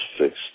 fixed